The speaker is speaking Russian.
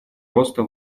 роста